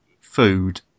food